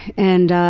and